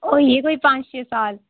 होई गे कोई पंज छे साल